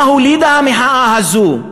מה הולידה המחאה הזאת?